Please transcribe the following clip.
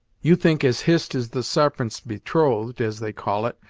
you think as hist is the sarpent's betrothed, as they call it,